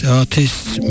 artist's